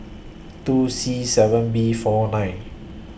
two C seven B four nine